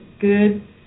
good